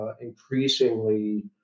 increasingly